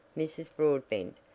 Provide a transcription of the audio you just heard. mrs. broadbent,